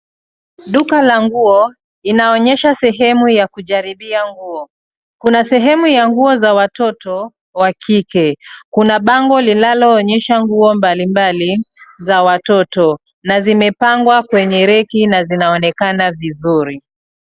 Duka la nguo inaonyesha sehemu ya kujaribia nguo, kuna sehemu ya nguo za watoto wa kike kuna bango linaloonyesha nguo mbalimbali za watoto na zimepangwa kwenye reki na zinaonekana vizuri.